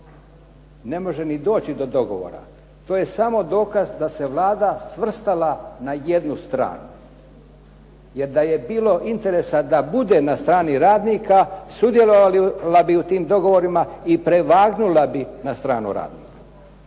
Ne može ni doći do dogovora. To je samo dokaz da se Vlada svrstala na jednu stranu. Jer da je bilo interesa da bude na strani radnika, sudjelovala bi u tim dogovorima i prevagnula bi na stranu radnika.